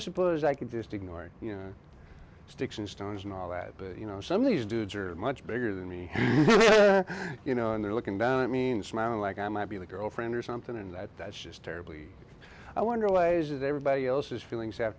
i suppose i could just ignore it you know sticks and stones and all that but you know some of these dudes are much bigger than me you know and they're looking down i mean smiling like i might be the girlfriend or something and that's just terribly i wonder lasers everybody else's feelings have